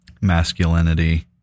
masculinity